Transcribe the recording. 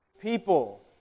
people